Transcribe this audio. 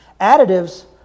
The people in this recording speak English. Additives